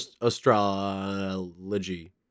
astrology